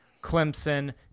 Clemson